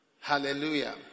Hallelujah